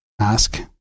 ask